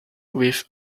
with